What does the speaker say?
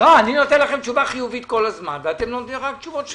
אני נותן לכם תשובה חיובית כל הזמן ואתם נותנים רק תשובות שליליות.